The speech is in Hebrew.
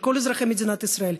של כל אזרחי מדינת ישראל,